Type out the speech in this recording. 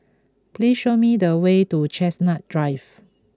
please show me the way to Chestnut Drive